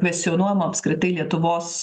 kvestionuojam apskritai lietuvos